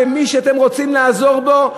לכן מי שאתם רוצים לעזור לו,